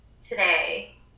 today